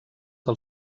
del